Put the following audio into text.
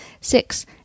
Six